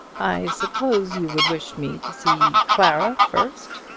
i suppose you would wish me to see clara first,